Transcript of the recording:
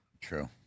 True